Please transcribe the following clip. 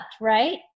right